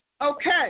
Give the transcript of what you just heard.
okay